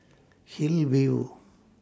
Hillview